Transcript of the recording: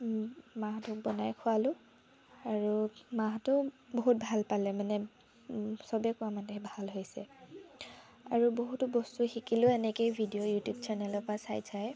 মাহঁতক বনাই খোৱালো আৰু মাহঁতেও বহুত ভাল পালে মানে চবে কোৱা মতে ভাল হৈছে আৰু বহুতো বস্তু শিকিলো এনেকেই ভিডিঅ' ইউটিউব চেনেলৰ পৰা চাই চাই